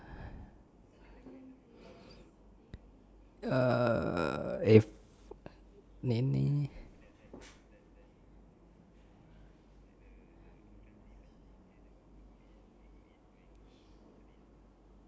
eh Nene